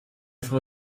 frau